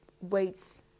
weights